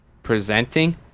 Presenting